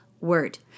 word